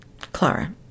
Clara